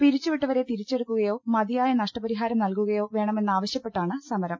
പിരിച്ചുവിട്ടവരെ തിരിച്ചെടുക്കു കയോ മതിയായ നഷ്ടപരിഹാരം നൽകുകയോ വേണമെന്നാവ ശ്യപ്പെട്ടാണ് സമരം